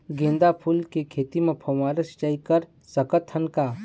गेंदा फूल के खेती म फव्वारा सिचाई कर सकत हन का?